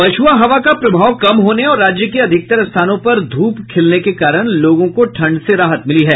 पछुआ हवा का प्रभाव कम होने और राज्य के अधिकतर स्थानों पर धूप खिलने के कारण लोगों को ठंड से राहत मिली है